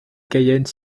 cayenne